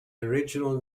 original